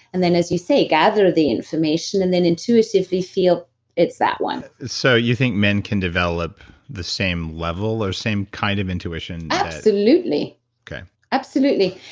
and then as you say gather the information and then intuitively feel it's that one. so, you think men can develop the same level or same kind of intuition that absolutely okay absolutely.